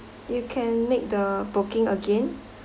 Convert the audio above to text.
you can make the booking again